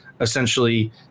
essentially